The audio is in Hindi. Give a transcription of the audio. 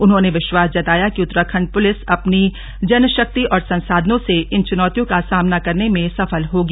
उन्होंने विश्वास जताया कि उत्तराखण्ड प्रलिस अपनी जन शक्ति और संसाधनों से इन चुनौतियों का सामना करने में सफल होगी